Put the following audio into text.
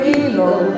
evil